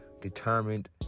determined